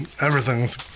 everything's